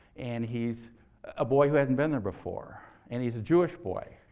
and he's a boy who hadn't been there before. and he's a jewish boy.